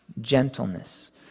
gentleness